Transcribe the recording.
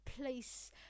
place